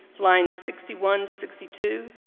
line sixty one to sixty two,